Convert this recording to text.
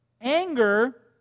Anger